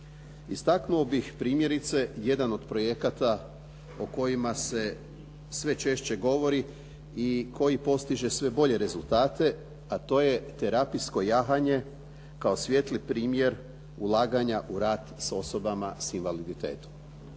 Istaknuo bih primjerice jedan od projekata o kojima se sve češće govori i koji postiže sve bolje rezultate, a to je terapijsko jahanje kao svijetli primjer ulaganja u rad s osobama sa invaliditetom.